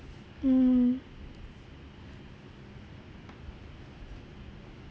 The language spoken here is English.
mm